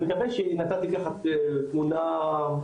אני מקווה שנתתי תמונה ברורה.